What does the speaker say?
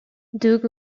doug